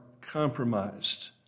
compromised